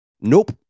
Nope